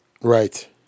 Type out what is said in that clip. Right